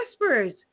whispers